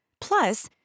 plus